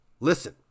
Listen